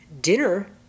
dinner